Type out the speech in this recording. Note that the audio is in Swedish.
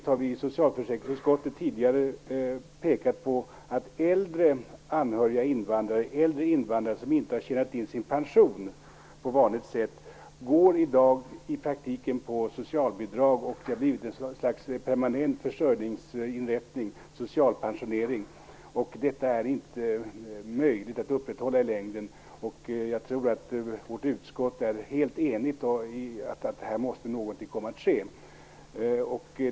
Vi har inte minst i socialförsäkringsutskottet tidigare pekat på att äldre invandrare som inte har tjänat in sin pension på vanligt sätt i dag i praktiken går på socialbidrag. Socialpensionering har blivit ett slags permanent försörjningsinrättning. Detta är inte möjligt att upprätthålla i längden. Jag tror att vårt utskott är helt enigt om att någonting här måste komma att ske.